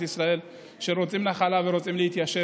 ישראל שרוצים נחלה ורוצים להתיישב,